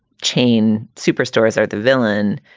chain superstores are the villain.